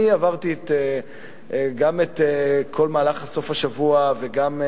אני עברתי את כל מהלך סוף השבוע וגם את